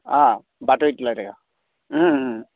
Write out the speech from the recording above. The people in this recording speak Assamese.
অঁ বাতৰিত ওলাই থাকে